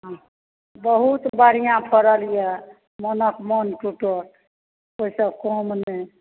बहुत बढ़िऑं फड़ल यऽ मनक मनक टुटत ओहिसँ कम नहि